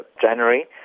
January